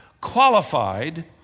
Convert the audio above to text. qualified